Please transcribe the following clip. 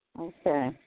Okay